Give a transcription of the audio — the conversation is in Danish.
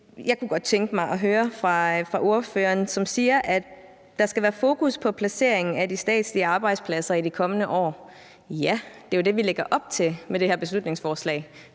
fået statslige arbejdspladser før. Ordføreren siger, at der skal være fokus på placeringen af de statslige arbejdspladser i det kommende år. Ja, det er jo det, vi lægger op til med det her beslutningsforslag,